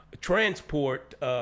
transport